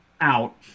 out